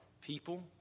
people